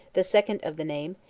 the second of the name,